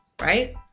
right